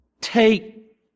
take